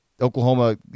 Oklahoma